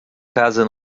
casa